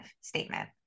statement